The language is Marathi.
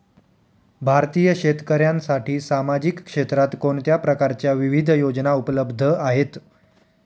भारतीय शेतकऱ्यांसाठी सामाजिक क्षेत्रात कोणत्या प्रकारच्या विविध योजना उपलब्ध आहेत?